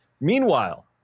Meanwhile